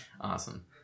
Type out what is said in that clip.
Awesome